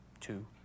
Two